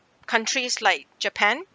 countries like japan